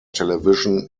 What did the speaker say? television